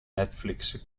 netflix